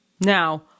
Now